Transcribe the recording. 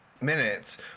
minutes